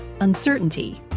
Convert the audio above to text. uncertainty